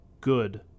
Good